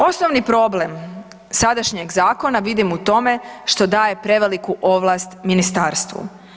Osnovni problem sadašnjeg zakona vidim u tome što daje preveliku ovlast ministarstvu.